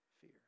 fear